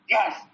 Yes